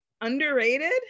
Underrated